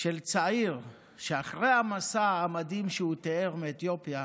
של צעיר שאחרי המסע המדהים מאתיופיה,